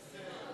עשר.